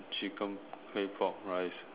chicken clay pot rice